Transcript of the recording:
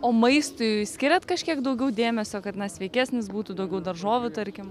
o maistui skiriat kažkiek daugiau dėmesio kad na sveikesnis būtų daugiau daržovių tarkim